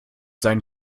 seinen